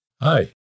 Hi